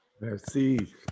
Merci